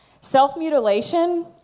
Self-mutilation